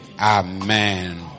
Amen